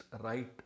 right